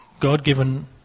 God-given